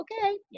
okay